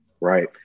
Right